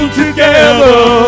together